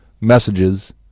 messages